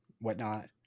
whatnot